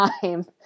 time